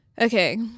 Okay